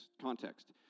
context